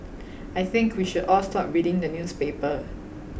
I think we should all stop reading the newspaper